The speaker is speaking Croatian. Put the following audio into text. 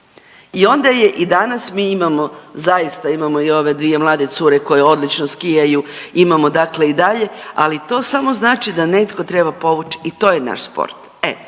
I onda je i danas mi imamo zaista imamo i ove dvije mlade cure koje odlično skijaju imamo dakle i dalje, ali to samo znači da netko treba povuć i to je naš sport. E,